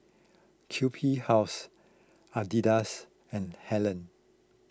Q B House Adidas and Helen